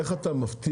איך אתה מבטיח